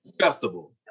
Festival